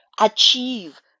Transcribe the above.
achieve